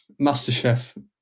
MasterChef